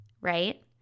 right